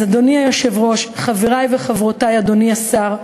אז, אדוני היושב-ראש, חברי וחברותי, אדוני השר,